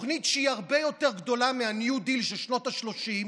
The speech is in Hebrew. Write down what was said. תוכנית שהיא הרבה יותר גדולה מהניו דיל של שנות השלושים,